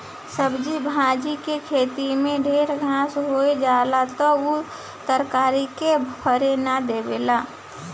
सब्जी भाजी के खेते में ढेर घास होई जाला त उ तरकारी के फरे ना देला